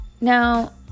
Now